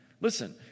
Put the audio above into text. Listen